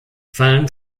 fallen